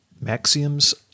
maxims